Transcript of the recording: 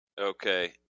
Okay